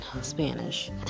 Spanish